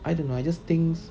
I dunno I just think